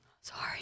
Sorry